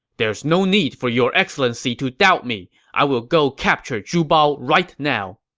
there is no need for your excellency to doubt me. i will go capture zhu bao right now.